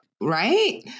Right